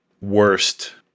worst